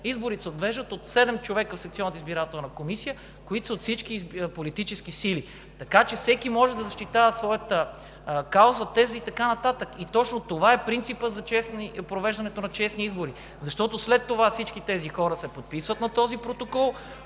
избирателна комисия, които са от всички политически сили. Всеки може да защитава своята кауза, теза и така нататък и точно това е принципът за провеждането на честни избори, защото след това всички тези хора се подписват на този протокол,